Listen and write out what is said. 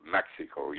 Mexico